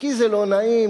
כי זה לא נעים,